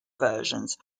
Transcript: versions